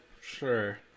sure